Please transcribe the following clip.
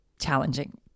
challenging